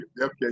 okay